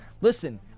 Listen